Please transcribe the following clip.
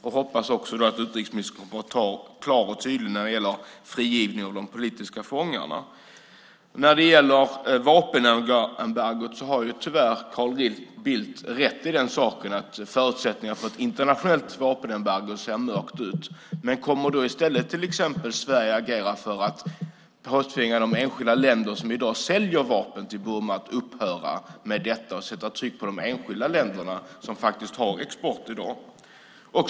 Jag hoppas att utrikesministern då också kommer att vara klar och tydlig när det gäller frigivning av politiska fångar. När det gäller vapenembargo har tyvärr Carl Bildt rätt i att förutsättningarna för ett internationellt sådant ser mörka ut. Men kommer då till exempel Sverige i stället att agera för att tvinga de enskilda länder som i dag säljer vapen till Burma att upphöra med detta? Kommer vi att sätta tryck på de enskilda länder som har en sådan export i dag?